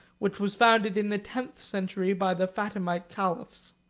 which was founded in the tenth century by the fatimite caliphs.